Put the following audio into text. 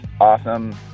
awesome